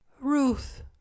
Ruth